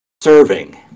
Serving